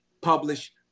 publish